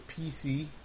PC